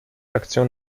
aktion